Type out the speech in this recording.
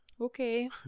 Okay